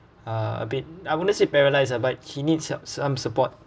uh a bit I wouldn't say paralysed ah but he needs help~ some support